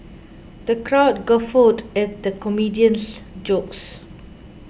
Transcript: the crowd guffawed at the comedian's jokes